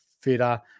fitter